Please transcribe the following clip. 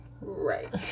right